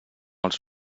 els